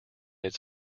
its